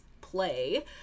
play